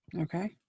Okay